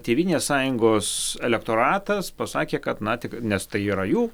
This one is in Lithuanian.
tėvynės sąjungos elektoratas pasakė kad na tik nes tai yra jų